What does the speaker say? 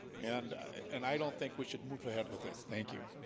and and i don't think we should move ahead with this. thank you